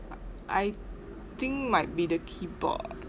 I I think might be the keyboard